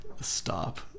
stop